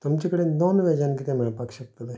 तुमचे कडेन नॉन वॅजान किदें मेळपाक शकतलें